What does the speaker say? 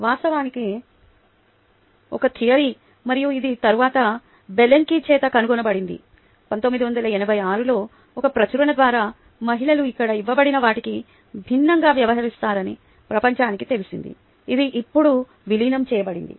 వాస్తవానికి ఇది ఒక థియరీ మరియు ఇది తరువాత బెలెన్కీ చేత కనుగొనబడింది 1986 లో ఒక ప్రచురణ ద్వారా మహిళలు ఇక్కడ ఇవ్వబడిన వాటికి భిన్నంగా వ్యవహరిస్తారని ప్రపంచానికి తెలిసింది అది ఇప్పుడు విలీనం చేయబడింది